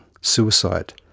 suicide